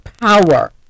power